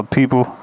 people